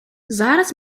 зараз